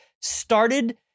started